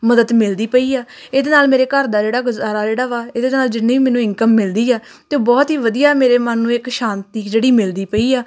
ਮਦਦ ਮਿਲਦੀ ਪਈ ਆ ਇਹਦੇ ਨਾਲ ਮੇਰੇ ਘਰ ਦਾ ਜਿਹੜਾ ਗੁਜ਼ਾਰਾ ਜਿਹੜਾ ਵਾ ਇਹਦੇ ਨਾਲ ਜਿੰਨੇ ਵੀ ਮੈਨੂੰ ਇਨਕਮ ਮਿਲਦੀ ਆ ਅਤੇ ਉਹ ਬਹੁਤ ਹੀ ਵਧੀਆ ਮੇਰੇ ਮਨ ਨੂੰ ਇੱਕ ਸ਼ਾਂਤੀ ਜਿਹੜੀ ਮਿਲਦੀ ਪਈ ਆ